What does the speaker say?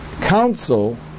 council